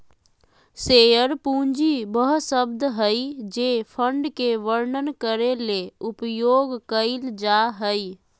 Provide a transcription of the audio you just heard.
share पूंजी वह शब्द हइ जे फंड के वर्णन करे ले उपयोग कइल जा हइ